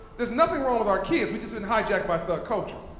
there's nothing wrong with our kids. we just been hijacked by culture.